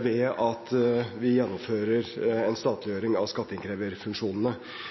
ved at vi gjennomfører en statliggjøring av skatteinnkreverfunksjonene.